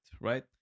right